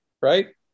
right